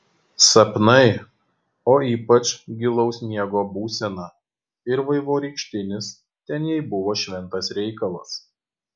sapnai o ypač gilaus miego būsena ir vaivorykštinis ten jai buvo šventas reikalas